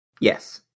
Yes